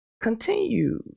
continue